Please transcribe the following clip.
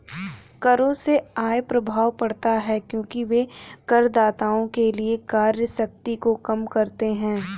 करों से आय प्रभाव पड़ता है क्योंकि वे करदाताओं के लिए क्रय शक्ति को कम करते हैं